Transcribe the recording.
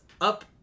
up